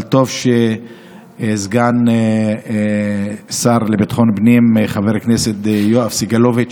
אבל טוב שסגן השר לביטחון פנים חבר הכנסת יואב סגלוביץ'